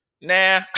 nah